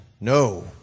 No